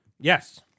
yes